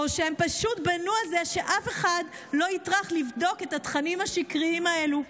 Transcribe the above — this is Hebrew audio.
או שהם פשוט בנו על זה שאף אחד לא יטרח לבדוק את התכנים השקריים האלה.